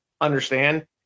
understand